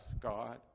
God